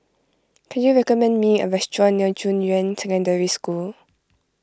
can you recommend me a restaurant near Junyuan Secondary School